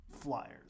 flyers